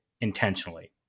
intentionally